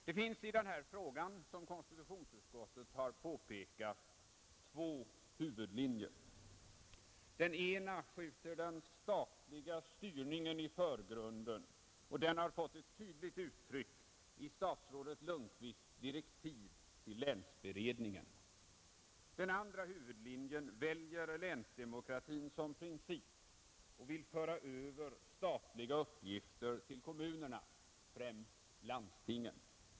Det finns, som konstitutionsutskottet har påpekat, två huvudlinjer i den här frågan. Den ena skjuter den statliga styrningen i förgrunden, och den har fått ett tydligt uttryck i statsrådet Lundkvists direktiv till länsberedningen. Den andra huvudlinjen väljer länsdemokratin som princip och vill föra över statliga uppgifter till kommunerna, främst landstingen.